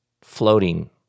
floating